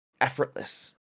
effortless